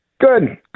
Good